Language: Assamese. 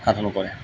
সাধন কৰে